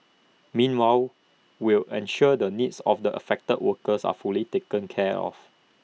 meanwhile will ensure the needs of the affected workers are fully taken care of